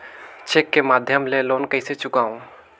Cheque के माध्यम ले लोन कइसे चुकांव?